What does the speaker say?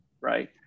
right